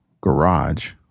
garage